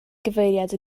gyfeiriad